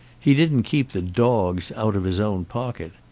he didn't keep the dogs out of his own pocket.